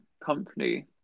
company